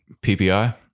P-P-I